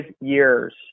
years